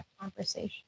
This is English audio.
conversation